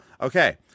Okay